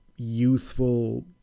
youthful